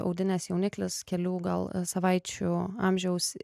audinės jauniklis kelių gal savaičių amžiaus